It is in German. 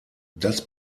das